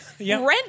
Rent